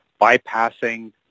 bypassing